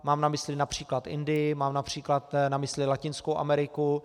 Mám na mysli například Indii, mám například na mysli Latinskou Ameriku.